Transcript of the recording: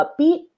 upbeat